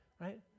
Right